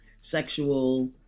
sexual